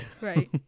Right